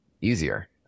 easier